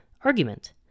Argument